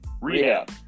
Rehab